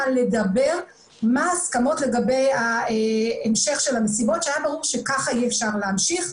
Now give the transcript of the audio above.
לדבר מה ההסכמות לגבי המשך המסיבות והיה ברור שכך אי אפשר להמשיך.